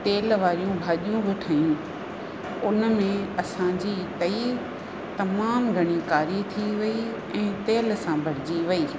तेलु वारियूं भाॼियूं बि ठाहियूं उन में असांजी तई तमामु घणी कारी थी वई ऐं तेल सां भरिजी वई